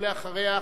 ואחריה,